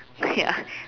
ya